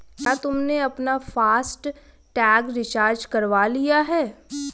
क्या तुमने अपना फास्ट टैग रिचार्ज करवा लिया है?